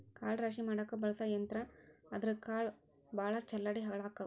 ಕಾಳ ರಾಶಿ ಮಾಡಾಕ ಬಳಸು ಯಂತ್ರಾ ಆದರಾ ಕಾಳ ಭಾಳ ಚಲ್ಲಾಡಿ ಹಾಳಕ್ಕಾವ